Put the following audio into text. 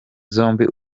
zombi